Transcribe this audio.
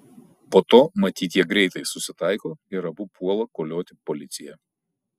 po to matyt jie greitai susitaiko ir abu puola kolioti policiją